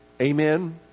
Amen